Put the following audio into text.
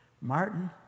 Martin